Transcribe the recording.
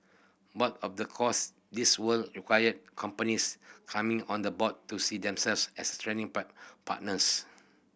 but of the course this would require companies coming on the board to see themselves as training partners